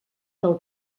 del